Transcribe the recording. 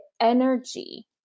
energy